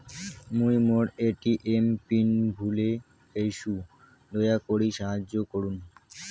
মুই মোর ATM PIN ভুলে গেইসু, দয়া করি সাহাইয্য করুন